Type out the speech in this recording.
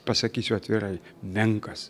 pasakysiu atvirai menkas